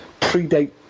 predate